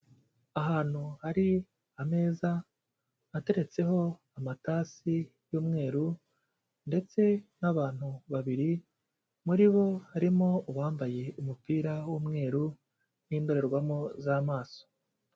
Ahantu hari ameza ateretseho amatasi y'umweru ndetse n'abantu babiri, muri bo harimo uwabambaye umupira w'umweru n'indorerwamo z'amaso.